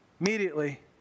Immediately